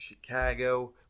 Chicago